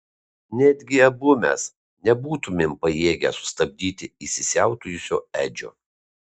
netgi abu mes nebūtumėm pajėgę sustabdyti įsisiautėjusio edžio